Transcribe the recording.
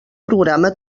programa